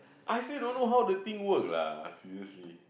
I still don't know how the thing work lah seriously